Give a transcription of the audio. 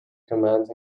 commands